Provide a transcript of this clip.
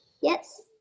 Yes